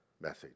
message